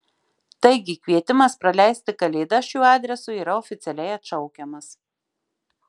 taigi kvietimas praleisti kalėdas šiuo adresu yra oficialiai atšaukiamas